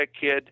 kid –